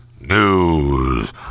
News